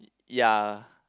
ya